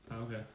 okay